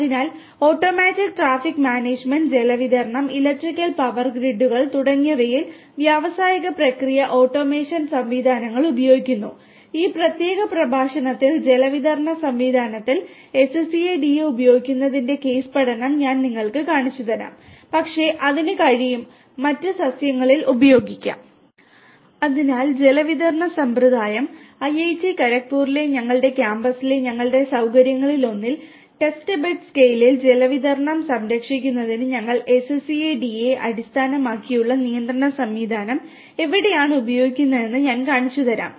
അതിനാൽ automatic traffic management തുടങ്ങിയവയിൽ വ്യാവസായിക പ്രക്രിയ ഓട്ടോമേഷൻ സംവിധാനങ്ങൾ ഉപയോഗിക്കുന്നു ഈ പ്രത്യേക പ്രഭാഷണത്തിൽ ജലവിതരണ സംവിധാനത്തിൽ SCADA ഉപയോഗിക്കുന്നതിന്റെ കേസ് പഠനം ഞാൻ നിങ്ങൾക്ക് കാണിച്ചുതരാം പക്ഷേ അതിന് കഴിയും മറ്റ് സസ്യങ്ങളിലും ഉപയോഗിക്കാം അതിനാൽ ജലവിതരണ സമ്പ്രദായം ഐഐടി ഖരഗ്പൂരിലെ ഞങ്ങളുടെ കാമ്പസിലെ ഞങ്ങളുടെ സൌകര്യങ്ങളിലൊന്നിൽ ടെസ്റ്റ് ബെഡ് സ്കെയിലിൽ ജലവിതരണം നിരീക്ഷിക്കുന്നതിന് ഞങ്ങൾ SCADA അടിസ്ഥാനമാക്കിയുള്ള നിയന്ത്രണ സംവിധാനം എവിടെയാണ് ഉപയോഗിക്കുന്നതെന്ന് ഞാൻ കാണിച്ചുതരാം